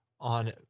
on